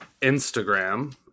Instagram